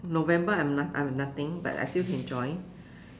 November I have not~ I have nothing but I still can join